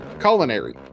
Culinary